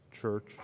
church